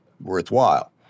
worthwhile